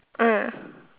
ah